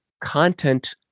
content